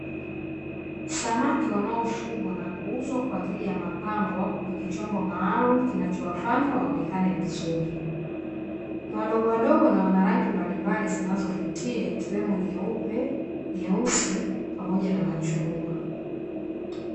Samaki wanao fugwa na kuuzwa kwaajili ya mapambo, wapo kwenye chombo maalumu kinacho wafanya waonekane vizuri, Ni wadogowadogo na wana rangi mbalimbali zinazovutia, ikiwemo nyeupe, nyeusi pamoja na machungwa.